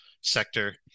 sector